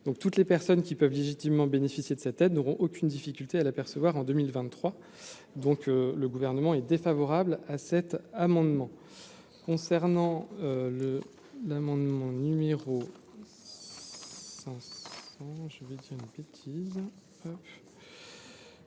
donc toutes les personnes qui peuvent légitimement bénéficier de cette aide n'auront aucune difficulté à l'apercevoir en 2023 donc, le gouvernement est défavorable à cet amendement concernant le d'un monde mon numéro, je vais dire une bêtise.